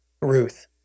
Ruth